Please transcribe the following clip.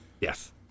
yes